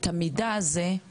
רק חשוב לציין,